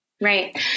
Right